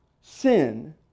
sin